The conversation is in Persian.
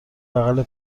بغل